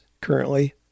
Currently